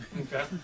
Okay